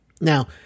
now